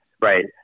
right